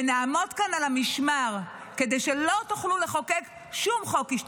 ונעמוד כאן על המשמר כדי שלא תוכלו לחוקק שום חוק השתמטות.